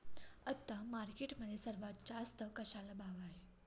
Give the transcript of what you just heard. आता मार्केटमध्ये सर्वात जास्त कशाला भाव आहे?